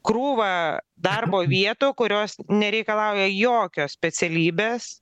krūvą darbo vietų kurios nereikalauja jokios specialybės